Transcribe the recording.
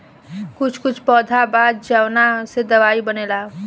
कुछ कुछ पौधा बा जावना से दवाई बनेला